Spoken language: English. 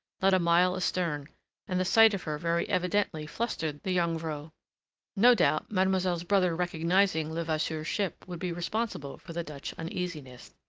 not a mile astern, and the sight of her very evidently flustered the jongvrow. no doubt mademoiselle's brother recognizing levasseur's ship would be responsible for the dutch uneasiness.